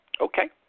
Okay